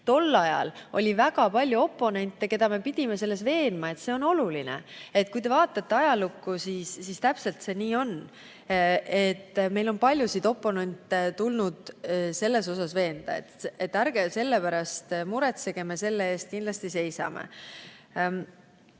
Tol ajal oli väga palju oponente, keda me pidime veenma, et see on oluline. Kui te vaatate ajalukku, siis näete, et täpselt nii see oli. Meil on paljusid oponente tulnud selles osas veenda, et ärge selle pärast muretsege, me selle eest kindlasti seisame.